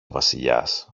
βασιλιάς